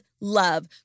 love